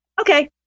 Okay